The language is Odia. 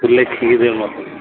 ତୁ ଲେଖିକି ଦେ ମତେ